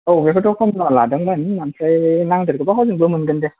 औ बेखौथ' खनजना लादोंमोन ओमफ्राय नांदेरगौबा हजोंबो मोनगोन दे